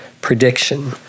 prediction